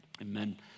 amen